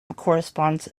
corresponds